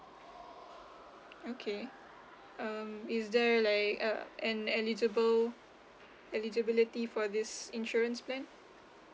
okay um is there like a an eligible eligibility for this insurance plan